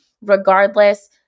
Regardless